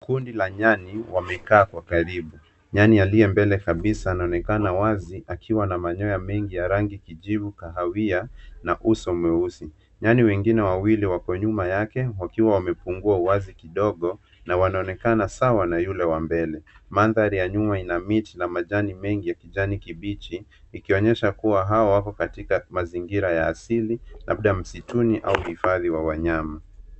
Kundi la nyani wamekaa kwa karibu. Nyani aliye mbele kabisa anaonekana wazi akiwa na manyoya mengi rangi kijivu kahawia na uso mweusi. Nyani wengine wawili wako nyuma yake wakiwa wamepungua uwazi kidogo na wanaonekana sawa na yule wa mbele. Mandhari ya nyuma ina miti na majani mengi ya kijani kibichi ikionyesha kuwa hawa wako katika mazingira ya asili labda msituni au hifadhi wa wanyama.